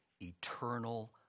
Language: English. eternal